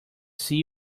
see